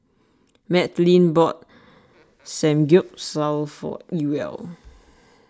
Madlyn bought Samgyeopsal for Ewell